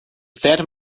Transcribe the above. phantom